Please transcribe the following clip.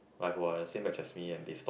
like who are the same batch as me and they stop